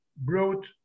brought